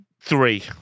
Three